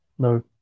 No